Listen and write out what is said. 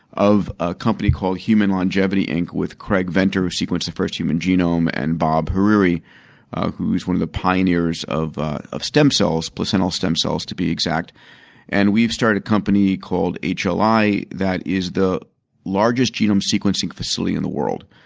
of a company called human longevity inc. with craig venter who sequenced the first human genome and bob hariri who is one of the pioneers of of stem cells placental stem cells to be exact and we've started a company called hli ah like that is the largest genome sequencing facility in the world.